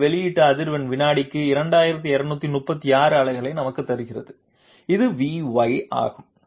ஏ வெளியீட்டு அதிர்வெண் வினாடிக்கு 2236 அலைகளை நமக்குத் தருகிறது இது Vy ஆகும்